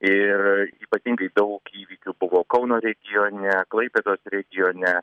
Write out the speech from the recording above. ir ypatingai daug įvykių buvo kauno regione klaipėdos regione